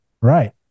right